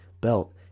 belt